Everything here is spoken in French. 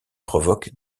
provoque